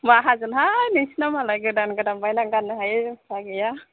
माहाजोनहाय नोंसिना मालाय गोदान गोदान बायना गानो हायो जोंहा गैया